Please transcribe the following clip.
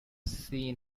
seen